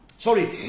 Sorry